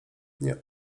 nie